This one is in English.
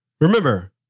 Remember